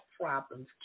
problems